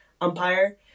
umpire